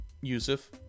yusuf